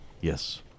Yes